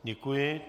Děkuji.